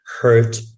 hurt